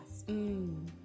Mmm